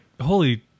holy